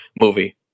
movie